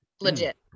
legit